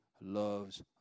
loves